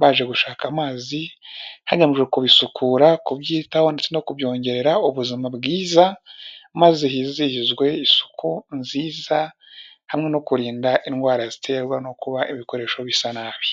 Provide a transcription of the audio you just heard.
baje gushaka amazi hagamijwe kubisukura, kubyitaho no kubyongerera ubuzima bwiza, maze hizihizwe isuku nziza, hamwe no kurinda indwara ziterwa no kuba ibikoresho bisa nabi.